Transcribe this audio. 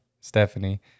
stephanie